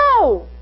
No